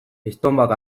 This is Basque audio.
estonbak